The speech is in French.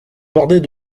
bordés